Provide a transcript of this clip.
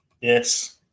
Yes